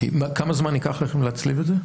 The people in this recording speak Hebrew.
כמה זמן ייקח לכם להצליב את זה?